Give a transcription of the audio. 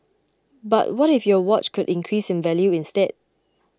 but what if your watch could increase in value instead